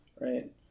right